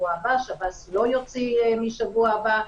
משבוע הבא.